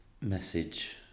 Message